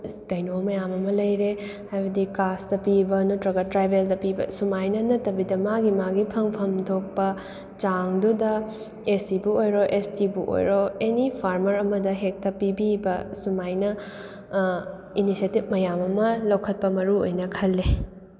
ꯀꯩꯅꯣ ꯃꯌꯥꯝ ꯑꯃ ꯂꯩꯔꯦ ꯍꯥꯏꯕꯗꯤ ꯀꯥꯁꯇ ꯄꯤꯕ ꯅꯠꯇ꯭ꯔꯒ ꯇ꯭ꯔꯥꯏꯕꯦꯜꯗ ꯄꯤꯕ ꯁꯨꯃꯥꯏꯅ ꯅꯠꯇꯕꯤꯗ ꯃꯥꯒꯤ ꯃꯥꯒꯤ ꯐꯪꯐꯝ ꯊꯣꯛꯄ ꯆꯥꯡꯗꯨꯗ ꯑꯦꯁ ꯁꯤꯕꯨ ꯑꯣꯏꯔꯣ ꯑꯦꯁ ꯇꯤꯕꯨ ꯑꯣꯏꯔꯣ ꯑꯦꯅꯤ ꯐꯥꯔꯃꯔ ꯑꯃꯗ ꯍꯦꯛꯇ ꯄꯤꯕꯤꯕ ꯁꯨꯃꯥꯏꯅ ꯏꯅꯤꯁꯦꯇꯤꯞ ꯃꯌꯥꯝ ꯑꯃ ꯂꯧꯈꯠꯄ ꯃꯔꯨ ꯑꯣꯏꯅ ꯈꯜꯂꯤ